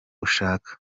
ushaka